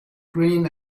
green